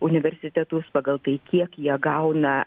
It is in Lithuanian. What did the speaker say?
universitetus pagal tai kiek jie gauna